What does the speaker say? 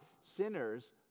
Sinners